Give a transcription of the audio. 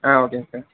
ஆ ஓகேங்க சார்